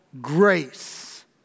grace